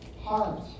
heart